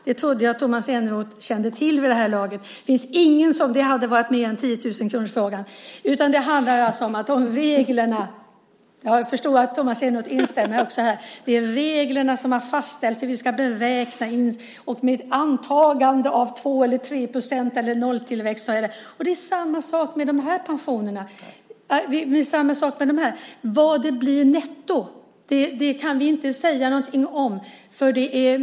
Det trodde jag att Tomas Eneroth vid det här laget kände till. Det finns ingen - det skulle ha varit mer än en 10 000-kronorsfråga - som kan veta det. Jag förstår att Tomas Eneroth instämmer också här. Det finns fastställda regler som säger hur vi ska beräkna här - med antagande av 2 % eller 3 % tillväxt eller nolltillväxt. Det är samma sak här. Vad det netto blir kan vi inte säga någonting om.